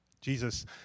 Jesus